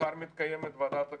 מחר מתקיימת ועדת הכספים.